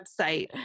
website